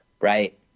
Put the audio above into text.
right